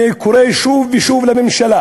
אני קורא שוב ושוב לממשלה